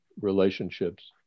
relationships